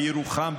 בירוחם,